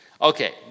Okay